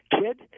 kid